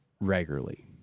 regularly